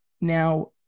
now